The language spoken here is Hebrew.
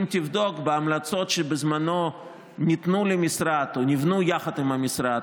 אם תבדוק בהמלצות שבזמנו ניתנו למשרד או נבנו יחד עם המשרד